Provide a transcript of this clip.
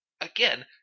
again